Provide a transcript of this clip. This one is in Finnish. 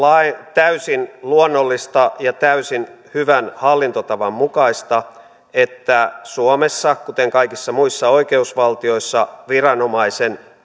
täysin luonnollista ja täysin hyvän hallintotavan mukaista että suomessa kuten kaikissa muissa oikeusvaltioissa viranomaisen